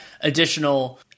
additional